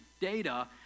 data